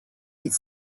his